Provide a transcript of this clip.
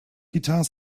guitar